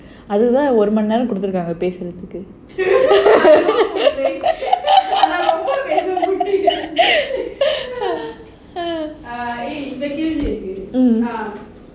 ஒரு மணி நேரம் கொடுத்துருக்காங்க பேசுறதுக்கு:oru mani neram koduthurukanga pesurathuku mm